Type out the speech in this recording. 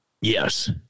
Yes